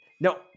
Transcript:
No